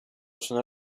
sono